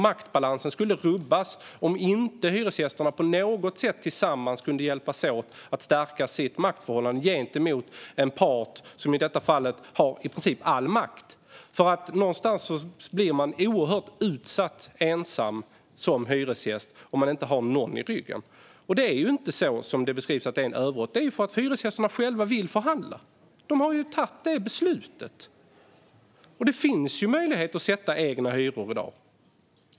Maktbalansen skulle rubbas om inte hyresgästerna tillsammans kunde hjälpas åt att stärka sin makt gentemot en part, som i detta fall har i princip all makt. Som ensam hyresgäst blir man oerhört utsatt om man inte har någon bakom ryggen. Det är inte en överrock, som det beskrivs, utan det är för att hyresgästerna själva vill förhandla. De har tagit det beslutet, och det finns ju möjlighet att sätta egna hyror i dag.